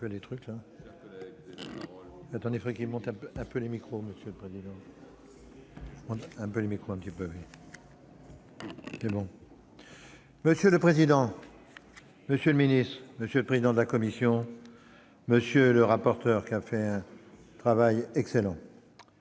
Monsieur le président, monsieur le ministre, monsieur le président de la commission, monsieur le rapporteur, dont je salue l'excellent